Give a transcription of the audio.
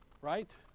right